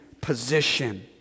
position